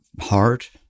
heart